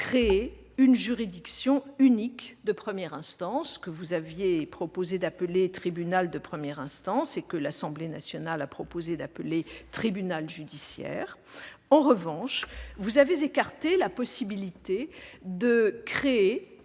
pour créer une juridiction unique de première instance, que vous aviez proposé d'appeler « tribunal de première instance » et que l'Assemblée nationale a dénommée « tribunal judiciaire ». En revanche, vous avez écarté la possibilité d'élaborer